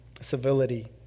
civility